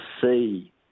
see